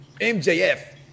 mjf